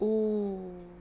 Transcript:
oo